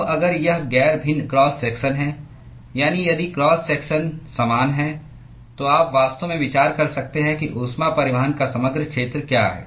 अब अगर यह गैर भिन्न क्रॉस सेक्शन है यानी यदि क्रॉस सेक्शन समान है तो आप वास्तव में विचार कर सकते हैं कि ऊष्मा परिवहन का समग्र क्षेत्र क्या है